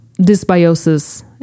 dysbiosis